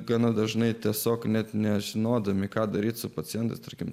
gana dažnai tiesiog net nežinodami ką daryti su pacientas tarkime